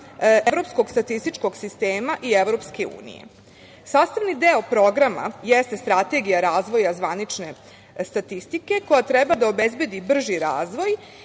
Evropskog statističkog sistema i EU.Sastavni deo Programa jeste Strategija razvoja zvanične statistike, koja treba da obezbedi brži razvoj